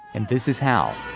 and this is how.